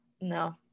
No